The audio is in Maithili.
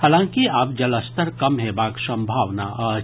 हलांकि आब जलस्तर कम हेबाक संभावना अछि